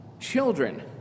children